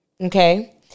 okay